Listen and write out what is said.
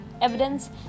Evidence